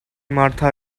martha